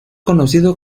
conocido